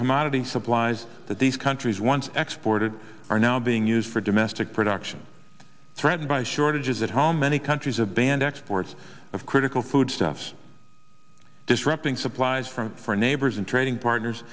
commodity supplies that these countries once exploited are now being used for domestic production threatened by shortages at home many countries a banned exports of critical foodstuffs disrupting supplies from for neighbors and trading partners